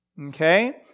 okay